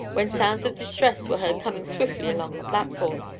when sounds of distress were heard coming swiftly along the platform.